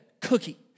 cookie